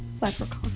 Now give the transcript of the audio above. Leprechaun